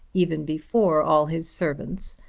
even before all his servants,